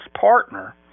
partner